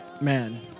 Man